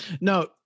No